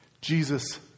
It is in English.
Jesus